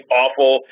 awful